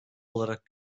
olarak